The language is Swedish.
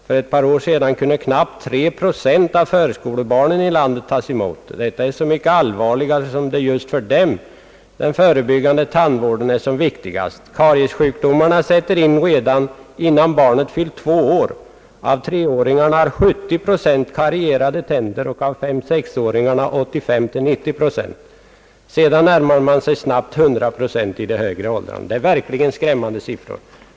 För ett par år sedan kunde knappt 3 procent av förskolebarnen i landet tas emot. Detta är så mycket allvarligare som det just är den förebyggande tandvården som är den viktigaste. Kariessjukdomarna sätter in redan innan bar net fyllt två år. Av treåringarna har 70 procent karierade tänder, av 5—6 åringar 85—90 procent. Sedan närmar man sig snabbt 100 procent i högre åldrar.» Detta är verkligen skrämmande siffror.